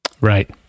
Right